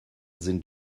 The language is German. sind